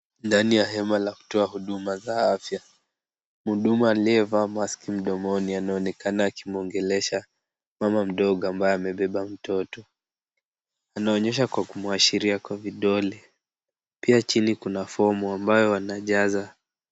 Ndani ya hema la kutoa huduma za afya. Mhudumu aliyevaa mask mdomoni anaonekana akimwongesha mama mdogo ambaye amebeba mtoto. Anaonyesha kwa kumuashiria kwa vidole. Pia chini kuna fomu ambayo wanajaza.